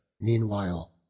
meanwhile